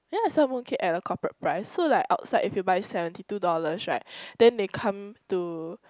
ya sell mooncake at the corporate price so like outside if you buy seventy two dollars right then they come to